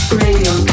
radio